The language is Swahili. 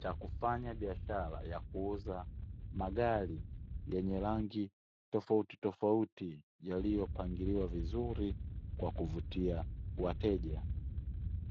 cha kufanya biashara ya kuuza magari yenye rangi tofautitofauti, yaliyopangiliwa vizuri kwa kuvutia wateja.